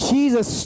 Jesus